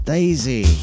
Daisy